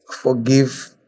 forgive